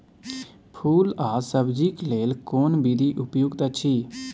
फूल आ सब्जीक लेल कोन विधी उपयुक्त अछि?